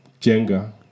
Jenga